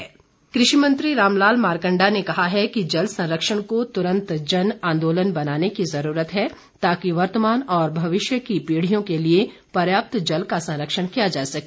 मारकंडा कृषि मंत्री रामलाल मारकंडा ने कहा है कि जल संरक्षण को तुरंत जन आंदोलन बनाने की ज़रूरत है ताकि वर्तमान और भविष्य की पीढ़ियों के लिए पर्याप्त जल का संरक्षण किया जा सके